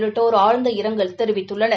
உள்ளிட்டோர் ஆழந்த இரங்கல் தெரிவித்துள்ளனர்